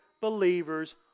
believers